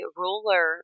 ruler